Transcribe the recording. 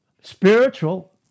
spiritual